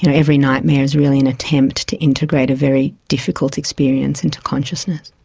you know every nightmare is really an attempt to integrate a very difficult experience into consciousness.